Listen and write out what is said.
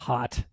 Hot